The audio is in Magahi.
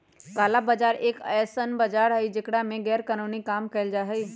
काला बाजार एक ऐसन बाजार हई जेकरा में गैरकानूनी काम कइल जाहई